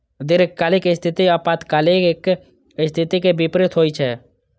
दीर्घकालिक स्थिति अल्पकालिक स्थिति के विपरीत होइ छै